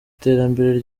iterambere